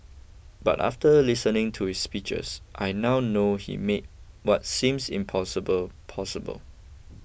but after listening to his speeches I now know he made what seems impossible possible